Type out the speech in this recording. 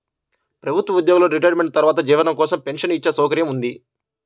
ప్రభుత్వ ఉద్యోగులకు రిటైర్మెంట్ తర్వాత జీవనం కోసం పెన్షన్ వచ్చే సౌకర్యం ఉంది